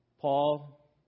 Paul